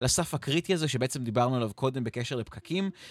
לסף הקריטי הזה שבעצם דיברנו עליו קודם בקשר לפקקים.